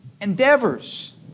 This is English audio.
endeavors